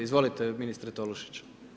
Izvolite ministre Tolušić.